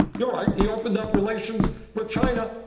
you're right, he opened up relations with china,